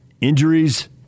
Injuries